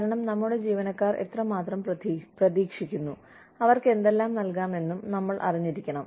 കാരണം നമ്മുടെ ജീവനക്കാർ എത്രമാത്രം പ്രതീക്ഷിക്കുന്നു അവർക്ക് എന്തെല്ലാം നൽകാമെന്നും നമ്മൾ അറിഞ്ഞിരിക്കണം